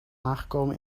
aangekomen